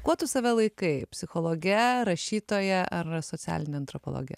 kuo tu save laikai psichologe rašytoja ar socialine antropologe